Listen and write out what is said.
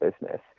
business